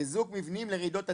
לרעידות אדמה,